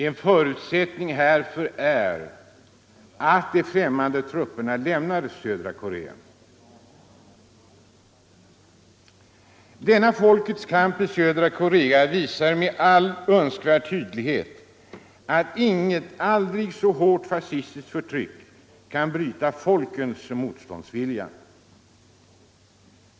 En förutsättning härför är att de främmande trupperna lämnar södra Korea. Folkets kamp i södra Korea visar med all önskvärd tydlighet att inget aldrig så hårt fascistiskt förtryck kan bryta folkets motståndsvilja.